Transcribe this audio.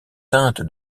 teinte